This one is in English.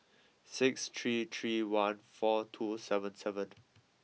six three three one four two seven seven